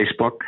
Facebook